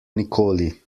nikoli